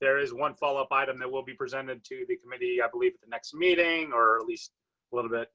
there is one follow up item that will be presented to the committee, i believe at the next meeting or at least a little bit